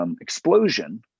explosion